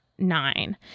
nine